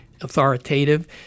authoritative